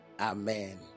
amen